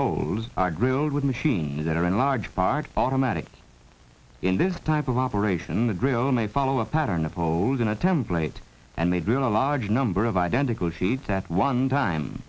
holes are grilled with machines that are in large part automatic in this type of operation the grill may follow a pattern of holes in a template and they drill a large number of identical sheets that one time